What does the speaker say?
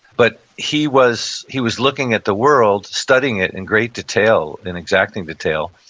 but he was he was looking at the world, studying it in great detail, in exacting detail.